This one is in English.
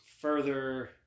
further